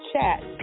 chat